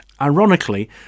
Ironically